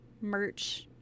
merch